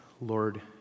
Lord